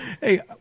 Hey